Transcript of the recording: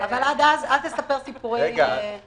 אבל עד אז אל תספר סיפורי בלוף פה בוועדה.